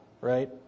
right